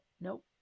nope